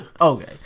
Okay